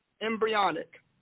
embryonic